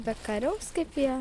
dar kariaus kaip jie